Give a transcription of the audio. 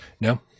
No